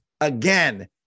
again